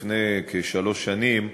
לפני כשלוש שנים,